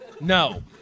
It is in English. no